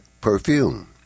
perfume